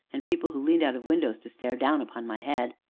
and people who leaned out of windows to stare down upon my head,